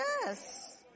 Yes